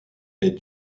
est